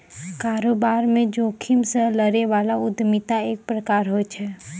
कारोबार म जोखिम से लड़ै बला उद्यमिता एक प्रकार होय छै